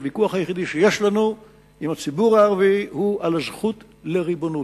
הוויכוח היחידי שיש לנו עם הציבור הערבי הוא על הזכות לריבונות.